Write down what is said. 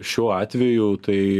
šiuo atveju tai